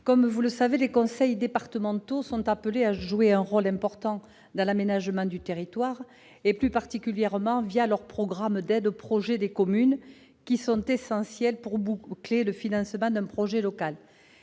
Bonfanti-Dossat. Les conseils départementaux sont appelés à jouer un rôle important dans l'aménagement du territoire, plus particulièrement leurs programmes d'aide aux projets des communes, essentiels pour boucler le financement d'un projet local.